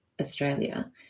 Australia